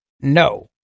no